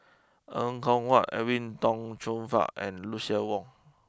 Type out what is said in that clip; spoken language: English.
Er Kwong Wah Edwin Tong Chun Fai and Lucien Wang